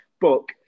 book